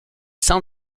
sein